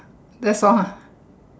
this one